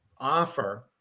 offer